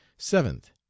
seventh